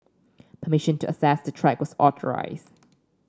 permission to access the track was authorised